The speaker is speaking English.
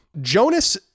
Jonas